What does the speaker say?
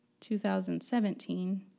2017